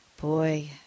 boy